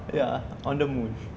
ya on the moon